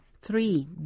Three